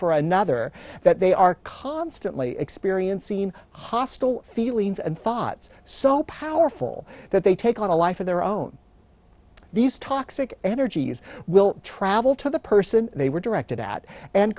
for another that they are constantly experience seen hostile feelings and thoughts so powerful that they take on a life of their own these toxic energies will travel to the person they were directed at and